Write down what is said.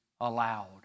allowed